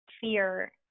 fear